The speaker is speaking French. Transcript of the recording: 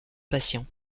patient